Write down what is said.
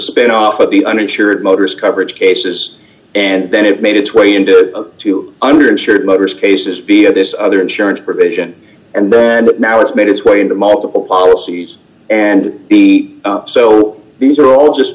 spin off of the uninsured motorist coverage cases and then it made its way into a two under insured motorist cases be a this other insurance provision and then but now it's made its way into multiple policies and b so these are all just